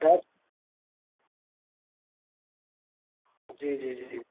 दस जी जी जी जी